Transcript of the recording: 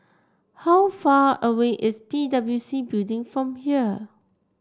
how far away is P W C Building from here